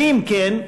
ואם כן,